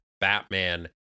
Batman